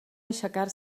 aixecar